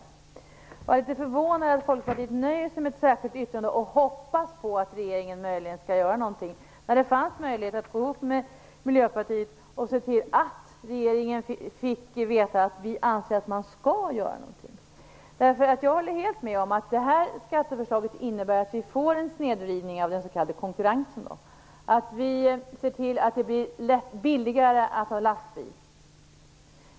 Jag är litet förvånad över att Folkpartiet nöjer sig med ett särskilt yttrande och hoppas att regeringen möjligen skall göra någonting, när det fanns möjlighet att gå ihop med Miljöpartiet och se till att regeringen fick veta att vi anser att man skall göra någonting. Jag håller helt med om att det här skatteförslaget innebär att det blir en snedvridning av den s.k. konkurrensen och att man ser till att det blir billigare att ha lastbil.